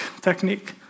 technique